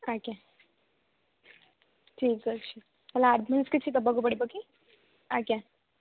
ଆଜ୍ଞା ଠିକ୍ ଅଛି ତା'ହେଲେ ଆଡ଼୍ଭାନ୍ସ୍ କିଛି ଦେବାକୁ ପଡ଼ିବ କି ଆଜ୍ଞା